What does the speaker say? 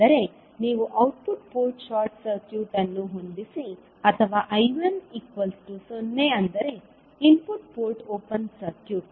ಅಂದರೆ ನೀವು output port short circuit ಅನ್ನು ಹೊಂದಿಸಿ ಅಥವಾ I1 0 ಅಂದರೆ ಇನ್ಪುಟ್ ಪೋರ್ಟ್ ಓಪನ್ ಸರ್ಕ್ಯೂಟ್